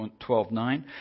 12.9